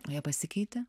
o jie pasikeitė